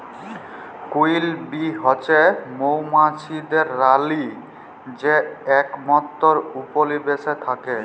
queen বী হছে মোমাছিদের রালী যে একমাত্তর উপলিবেশে থ্যাকে